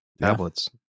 tablets